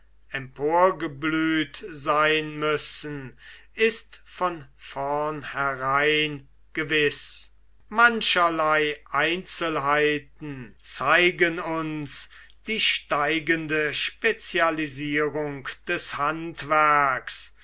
emporgeblüht sein müssen ist von vornherein gewiß mancherlei einzelheiten zeigen uns die steigende spezialisierung des handwerks